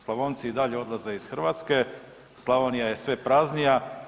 Slavonci i dalje odlaze iz Hrvatske, Slavonija je sve praznija.